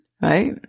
Right